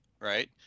right